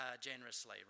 generously